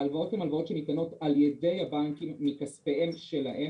בימים האחרונים אנחנו רואים התעוררות של בקשות חדשות.